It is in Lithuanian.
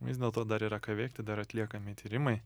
vis dėlto dar yra ką veikti dar atliekami tyrimai